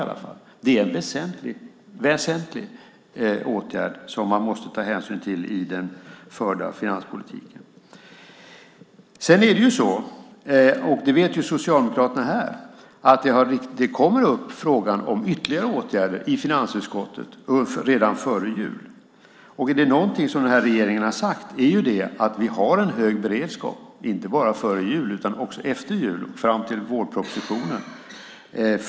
Det är en väsentlig åtgärd som man måste ta hänsyn till i den förda finanspolitiken. Det är också så, och det vet socialdemokraterna här, att frågan om ytterligare åtgärder kommer upp i finansutskottet redan före jul. Och är det någonting regeringen har sagt så är det att vi har en hög beredskap för ytterligare åtgärder, inte bara före jul utan också efter jul fram till vårpropositionen.